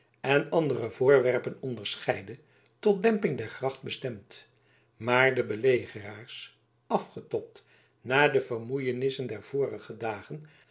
en andere voorwerpen onderscheidde tot demping der gracht bestemd maar de belegeraars afgetobd na de vermoeienissen der vorige dagen